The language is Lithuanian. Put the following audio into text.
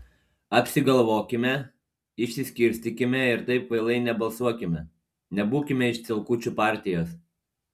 apsigalvokime išsiskirstykime ir taip kvailai nebalsuokime nebūkime iš cielkučių partijos